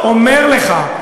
אני אומר לך,